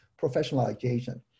professionalization